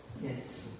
Yes